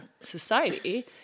society